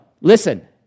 Listen